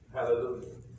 Hallelujah